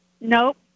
Nope